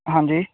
ਹਾਂਜੀ